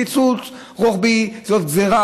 קיצוץ רוחבי זה גזרה